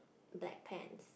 black pants